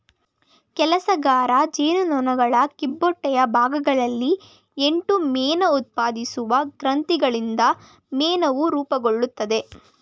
ಕೆಲಸಗಾರ ಜೇನುನೊಣಗಳ ಕಿಬ್ಬೊಟ್ಟೆಯ ಭಾಗಗಳಲ್ಲಿ ಎಂಟು ಮೇಣಉತ್ಪಾದಿಸುವ ಗ್ರಂಥಿಗಳಿಂದ ಮೇಣವು ರೂಪುಗೊಳ್ತದೆ